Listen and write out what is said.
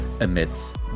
amidst